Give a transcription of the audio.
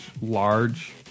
large